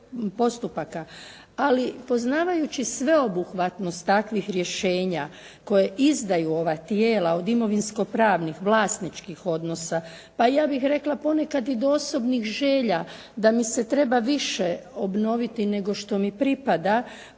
Ali poznavajući sveobuhvatnost takvih rješenja koje izdaju ova tijela od imovinsko pravnih, vlasničkih odnosa, pa ja bih rekla ponekad i do osobnih želja da mi se treba više obnoviti nego što mi pripada,